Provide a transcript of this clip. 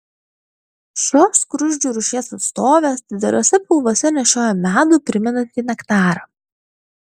šios skruzdžių rūšies atstovės dideliuose pilvuose nešioja medų primenantį nektarą